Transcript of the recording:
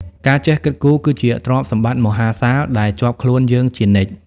ការចេះគិតគូរគឺជាទ្រព្យសម្បត្តិមហាសាល ដែលជាប់ខ្លួនយើងជានិច្ច។